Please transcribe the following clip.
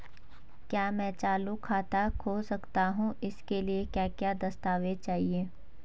क्या मैं चालू खाता खोल सकता हूँ इसके लिए क्या क्या दस्तावेज़ चाहिए?